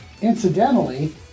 incidentally